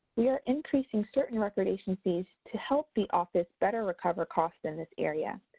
we are increasing certain recordation fees to help the office better recover costs in this area.